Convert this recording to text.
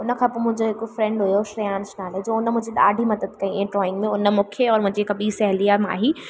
उन खां पोइ मुंहिंजो हिकु फ्रैंड हुयो श्रेयांश नाले जो उन मुंहिंजी ॾाढी मदद कई इन ड्राइंग में उन मूंखे और मुंहिंजे ॿी सहेली आहे माही